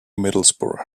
middlesbrough